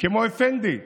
כמו אפנדי,